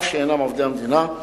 אף שאינם עובדי המדינה.